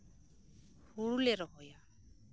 ᱦᱩᱲᱩ ᱞᱮ ᱨᱚᱦᱚᱭᱟ